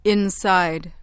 Inside